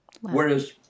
Whereas